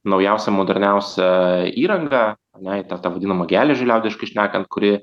naujausią moderniausią įrangą ane į tą tą vadinamą geležį liaudiškai šnekant kuri